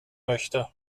möchte